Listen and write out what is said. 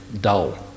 dull